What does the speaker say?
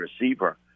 receiver